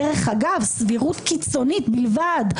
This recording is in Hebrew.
דרך אגב סבירות קיצונית בלבד,